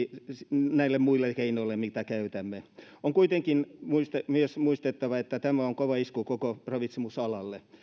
näille muille keinoille mitä käytämme on kuitenkin myös muistettava että tämä on kova isku koko ravitsemusalalle